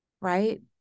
right